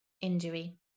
injury